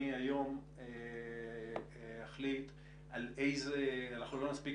אני היום אחליט על איזה אנחנו לא נספיק